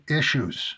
issues